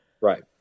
Right